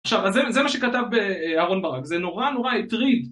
עכשיו, זה מה שכתב אהרון ברק, זה נורא נורא הטריד